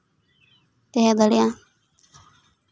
ᱛᱟᱦᱮᱸ ᱫᱟᱲᱮᱭᱟᱜᱼᱟ